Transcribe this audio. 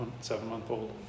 seven-month-old